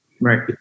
Right